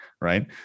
Right